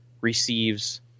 receives